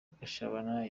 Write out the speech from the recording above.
gashabana